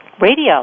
Radio